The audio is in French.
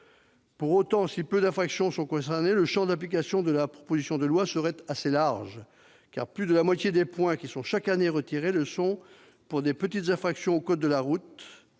Pour autant, si peu d'infractions sont concernées, le champ d'application de la proposition de loi serait assez large, car plus de la moitié des points qui sont chaque année retirés le sont pour de petites infractions au code de la route.